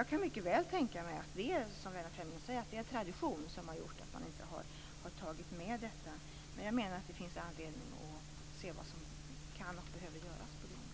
att jag mycket väl kan tänka mig att det är som Lennart Fremling säger, nämligen att det är tradition som har gjort att man inte har tagit med detta. Jag menar att det finns anledning att se vad som kan och behöver göras på det området.